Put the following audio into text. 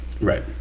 right